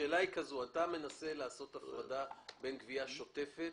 השאלה היא זו: אתה מנסה לעשות הפרדה בין גבייה שוטפת